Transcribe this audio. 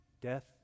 death